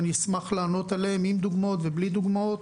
אני אשמח לענות עליהן עם דוגמאות ובלי דוגמאות